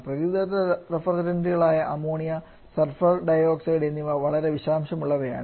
പ്രകൃതിദത്ത റഫ്രിജറന്റുകളായ ammonia sulphur dioxide എന്നിവ വളരെ വിഷാംശം ഉള്ളവയാണ്